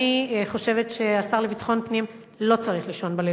אני חושבת שהשר לביטחון פנים לא צריך לישון בלילות.